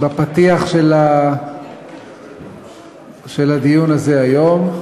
בפתיח של הדיון הזה היום,